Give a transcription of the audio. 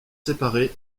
séparée